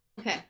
Okay